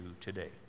today